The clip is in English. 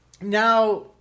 now